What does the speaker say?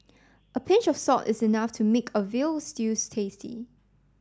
a pinch of salt is enough to make a veal stews tasty